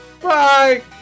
Bye